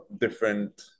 different